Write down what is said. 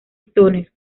stoner